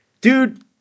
Dude